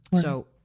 So-